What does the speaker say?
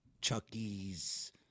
Chucky's